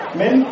men